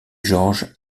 george